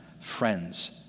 friends